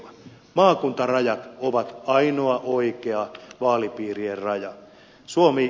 maakuntarajat ovat ainoa oikea vaalipiirien raja